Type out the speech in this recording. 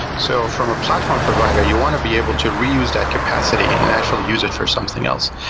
so from a platform provider, you want to be able to reuse that capacity and actually use it for something else.